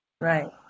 Right